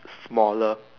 smaller